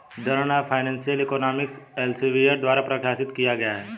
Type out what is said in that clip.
journal of financial economics Elsevier द्वारा प्रकाशित किया गया हैं